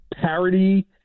parody